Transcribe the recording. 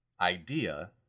idea